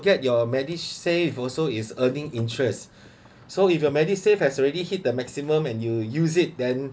forget your medisave also is earning interest so if your medisave has already hit the maximum and you use it then